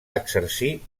exercir